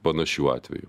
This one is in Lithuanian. panašių atvejų